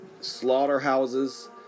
slaughterhouses